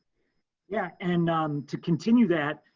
yeah, and to continue that,